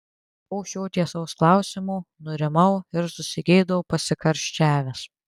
po šio tiesaus klausimo nurimau ir susigėdau pasikarščiavęs